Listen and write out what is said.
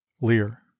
Lear